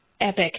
epic